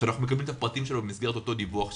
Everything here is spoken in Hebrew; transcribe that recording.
שאנחנו מקבלים את הפרטים שלו במסגרת אותו דיווח שהזכרתי,